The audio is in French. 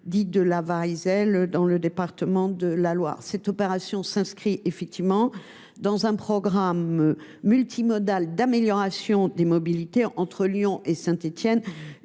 dit de la Varizelle, dans le département de la Loire. Cette opération s’inscrit, en effet, dans le programme multimodal d’amélioration des mobilités entre Lyon et Saint Étienne,